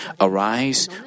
Arise